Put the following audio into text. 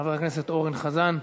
חבר הכנסת אורן חזן,